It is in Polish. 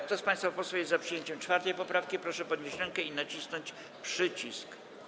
Kto z państwa posłów jest za przyjęciem 4. poprawki, proszę podnieść rękę i nacisnąć przycisk.